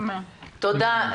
תודה.